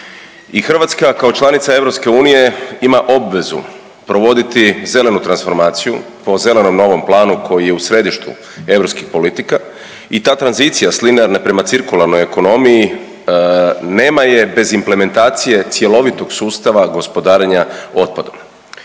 Hrvatska kao članica EU ima obvezu provoditi zelenu transformaciju po zelenom novom planu koji je u središtu europskih politika i ta tranzicija s linearne prema cirkularnoj ekonomiji nema je bez implementacije cjelovitog sustava gospodarenja otpadom.